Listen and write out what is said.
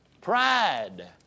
pride